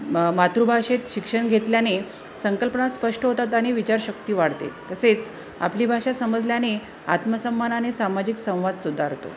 म मातृभाषेत शिक्षण घेतल्याने संकल्पना स्पष्ट होतात आणि विचारशक्ती वाढते तसेच आपली भाषा समजल्याने आत्मसन्मानाने सामाजिक संवाद सुधारतो